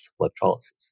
electrolysis